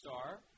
star